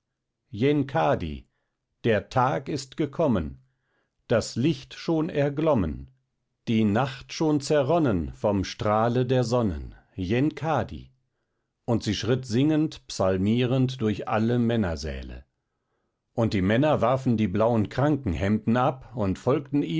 der tag ist gekommen das licht schon erglommen die nacht schon zerronnen vom strahle der sonnen yenkadi und sie schritt singend psalmierend durch alle männersäle und die männer warfen die blauen krankenhemden ab und folgten